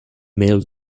male